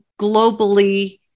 globally